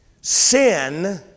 Sin